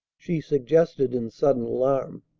she suggested in sudden alarm.